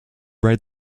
red